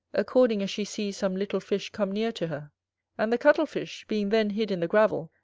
according as she sees some little fish come near to her and the cuttle-fish, being then hid in the gravel,